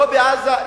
לא בעזה,